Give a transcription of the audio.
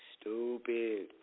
Stupid